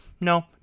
no